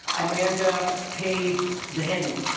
amanda page denny